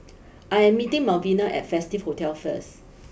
I am meeting Malvina at Festive Hotel first